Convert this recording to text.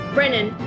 Brennan